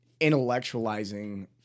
intellectualizing